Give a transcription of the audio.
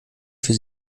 für